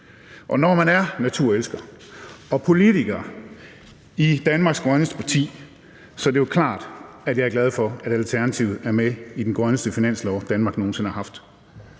Når man er naturelsker og politiker i Danmarks grønneste parti, er det jo klart, at jeg er glad for, at Alternativet er med i den grønneste finanslov, Danmark nogen sinde har haft.